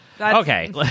Okay